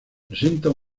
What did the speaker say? presenta